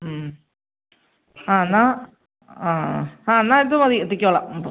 ആ എന്നാൽ ആ ആ എന്നാൽ ഇത് മതി എത്തിക്കോളം അപ്പം